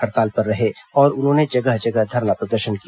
हड़ताल पर रहे और उन्होंने जगह जगह धरना प्रदर्शन किया